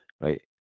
right